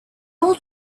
old